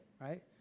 right